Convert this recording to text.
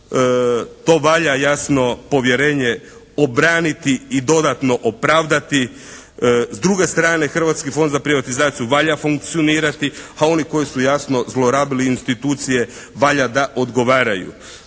To valja jasno povjerenje obraniti i dodatno opravdati. S druge strane Hrvatski fond za privatizaciju valja funkcionirati a oni koji su jasno zlorabili institucije valja da odgovaraju.